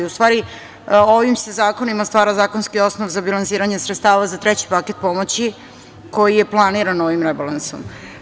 U stvari, ovim se zakonima stvara zakonski osnov za bilansiranje sredstava za treći paket pomoći, koji je planiran ovim rebalansom.